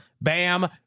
bam